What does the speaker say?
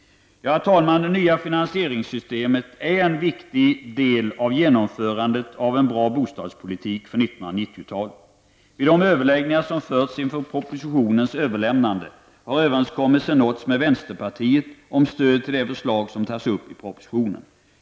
Herr talman! Det nya finansieringssystemet är en viktig del av genomförandet av en bra bostadspolitik för 1990-talet. Vid de överläggningar som förts inför propositionens överlämnande har överenskommelse nåtts med vänsterpartiet om stöd till det förslag som tas upp i propositionen.